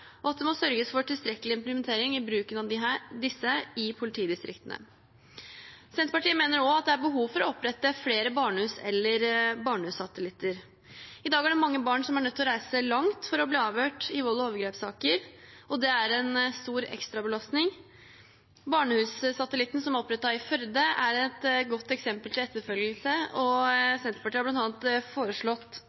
og at det må sørges for tilstrekkelig implementering i bruken av disse i politidistriktene. Senterpartiet mener også at det er behov for å opprette flere barnehus eller barnehussatellitter. I dag er det mange barn som er nødt til å reise langt for å bli avhørt i volds- og overgrepssaker, og det er en stor ekstrabelastning. Barnehussatellitten som er opprettet i Førde, er et godt eksempel til etterfølgelse, og Senterpartiet har bl.a. foreslått